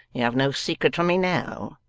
you have no secret from me now,